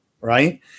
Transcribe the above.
right